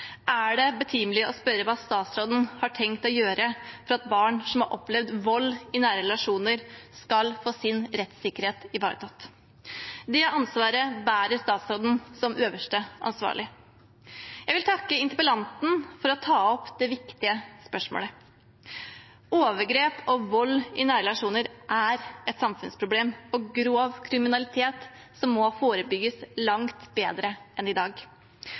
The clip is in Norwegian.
er det betimelig å spørre hva statsråden har tenkt å gjøre for at barn som har opplevd vold i nære relasjoner, skal få sin rettssikkerhet ivaretatt. Det ansvaret bærer statsråden, som øverste ansvarlig. Jeg vil takke interpellanten for å ta opp dette viktige spørsmålet. Overgrep og vold i nære relasjoner er et samfunnsproblem og er grov kriminalitet, som må forebygges langt bedre enn i dag.